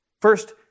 First